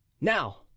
Now